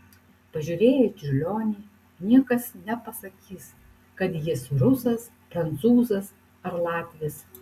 pažiūrėję į čiurlionį niekas nepasakys kad jis rusas prancūzas ar latvis